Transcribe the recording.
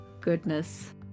goodness